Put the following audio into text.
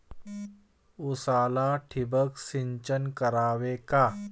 उसाला ठिबक सिंचन करावे का?